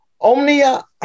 Omnia